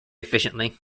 efficiently